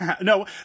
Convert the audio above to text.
no